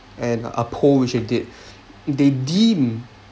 and a poll which they did they deemed